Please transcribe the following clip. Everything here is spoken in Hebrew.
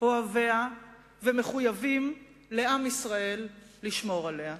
אוהביה ומחויבים לעם ישראל לשמור עליה.